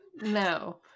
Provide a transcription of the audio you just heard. no